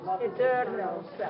Eternal